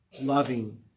loving